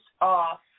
off